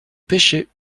pêchait